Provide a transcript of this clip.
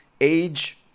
Age